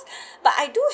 but I do